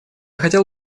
хотел